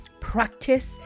practice